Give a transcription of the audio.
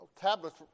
Tablets